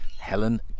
helen